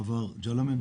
מעבר סאלם.